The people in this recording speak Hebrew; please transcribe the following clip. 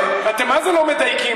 אתם מה-זה לא מדייקים.